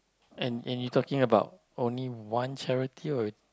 and and you talking about only one charity or